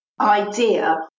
idea